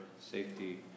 safety